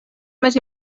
més